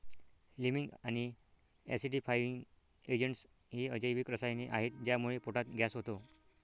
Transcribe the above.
liming आणि acidifying agents ही अजैविक रसायने आहेत ज्यामुळे पोटात गॅस होतो